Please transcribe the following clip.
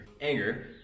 Anger